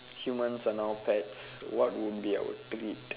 humans are now pets what would be our treat